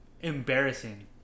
embarrassing